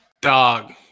Dog